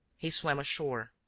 he swam ashore.